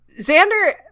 xander